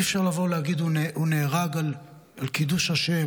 אי-אפשר לבוא ולהגיד: הוא נהרג על קידוש השם,